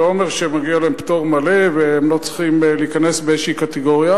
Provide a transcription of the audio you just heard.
אני לא אומר שמגיע להם פטור מלא והם לא צריכים להיכנס באיזו קטגוריה,